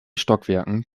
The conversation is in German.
stockwerken